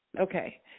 okay